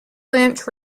lynch